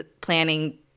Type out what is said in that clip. planning